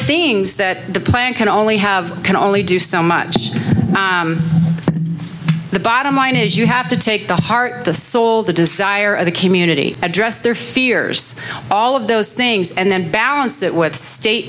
things that the plant can only have can only do so much the bottom line is you have to take the heart the soul the desire of the community address their fears all of those things and then balance it with state